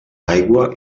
aigua